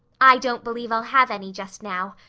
i don't believe i'll have any just now.